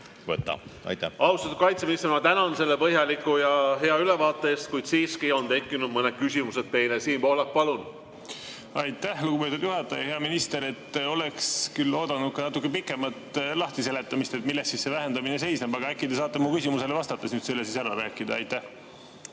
Pohlak, palun! Austatud kaitseminister! Ma tänan selle põhjaliku ja hea ülevaate eest, kuid siiski on tekkinud mõned küsimused teile. Siim Pohlak, palun! Aitäh, lugupeetud juhataja! Hea minister! Oleks küll oodanud natukene pikemat lahtiseletamist, milles siis see vähendamine seisneb, aga äkki te saate mu küsimusele vastates nüüd selle ära rääkida. Aitäh,